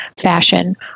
fashion